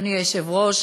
אדוני היושב-ראש,